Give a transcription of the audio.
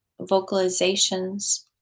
vocalizations